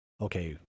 okay